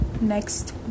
next